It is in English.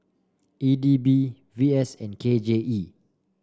E D B V S and K J E